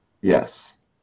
Yes